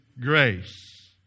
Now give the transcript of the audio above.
grace